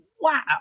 wow